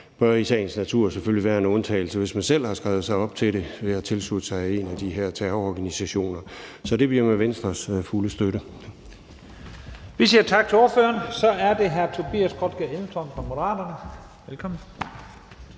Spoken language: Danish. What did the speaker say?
der i sagens natur selvfølgelig bør være en undtagelse, hvis man selv har skrevet sig op til det ved at tilslutte sig en af de her terrororganisationer. Så det bliver med Venstres fulde støtte. Kl. 11:56 Første næstformand (Leif Lahn Jensen): Vi siger tak til ordføreren. Så er det hr. Tobias Grotkjær Elmstrøm fra Moderaterne. Velkommen.